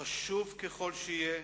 חשוב ככל שיהיה,